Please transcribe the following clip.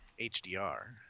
HDR